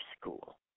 school